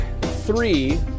three